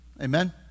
Amen